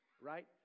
right